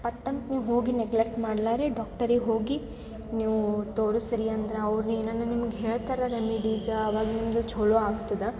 ಪಟ್ ಅಂತ ನೀವು ಹೋಗಿ ನೆಗ್ಲೆಟ್ ಮಾಡಲಾರ ಡಾಕ್ಟರಿಗೆ ಹೋಗಿ ನೀವೂ ತೋರಿಸಿರಿ ಅಂದ್ರ ಅವ್ರು ಏನೇನು ನಿಮ್ಗೆ ಹೇಳ್ತಾರೆ ರೆಮಿಡೀಸ್ ಆವಾಗ ನಿಮ್ಮದು ಚೊಲೋ ಆಗ್ತದೆ